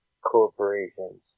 Corporations